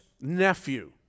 nephew